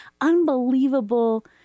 unbelievable